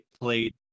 played